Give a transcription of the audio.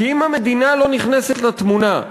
כי אם המדינה לא נכנסת לתמונה,